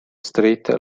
street